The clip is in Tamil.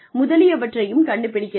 முதலியவற்றையும் கண்டுபிடிக்கிறது